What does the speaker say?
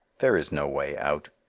there is no way out.